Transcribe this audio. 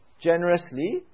generously